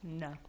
No